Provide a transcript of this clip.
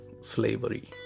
Slavery